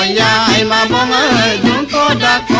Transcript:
ah yeah da um um da da da